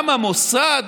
גם המוסד,